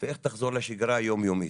ואיך תחזור לשגרה היומיומית.